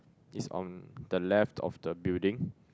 is on the left of the building